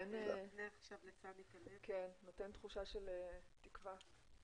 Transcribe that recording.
נותן תחושה של תקווה.